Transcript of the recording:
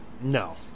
No